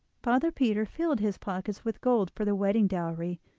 father peter filled his pockets with gold for the wedding dowry,